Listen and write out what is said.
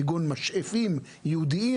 כגון משאפים ייעודיים,